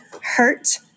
hurt